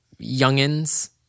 youngins